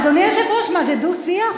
אדוני היושב-ראש, מה זה, דו-שיח?